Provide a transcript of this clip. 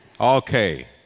Okay